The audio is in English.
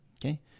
okay